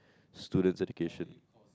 student's education